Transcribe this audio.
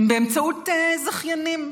הם באמצעות זכיינים.